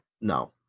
no